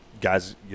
guys